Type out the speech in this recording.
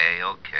okay